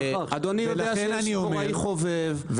אדוני יודע שיש דבוראי חובב,